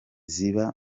ziba